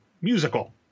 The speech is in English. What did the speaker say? musical